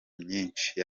myinshi